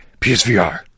PSVR